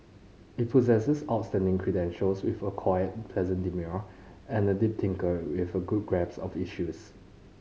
he possesses outstanding credentials with a quiet pleasant demeanour and a deep thinker with a good grasp of issues